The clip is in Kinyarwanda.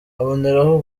aboneraho